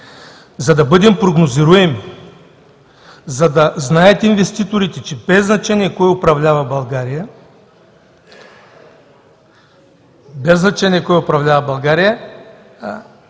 за да бъдем прогнозируеми, за да знаят инвеститорите, че без значение кой управлява България,